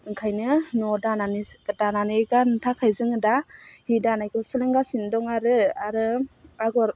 ओंखायनो न'वाव दानानैसो दानानै गाननो थाखाय जोङो दा हि दानायखौ सोलोंगासिनो दं आरो आरो आगर